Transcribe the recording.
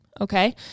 Okay